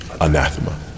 anathema